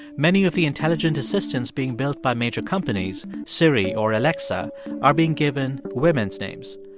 many of the intelligent assistants being built by major companies siri or alexa are being given women's names.